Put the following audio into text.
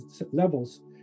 levels